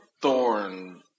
thorn